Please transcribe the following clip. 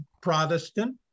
Protestant